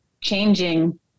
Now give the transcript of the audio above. changing